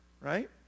Right